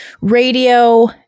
radio